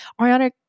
Ariana